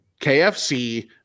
KFC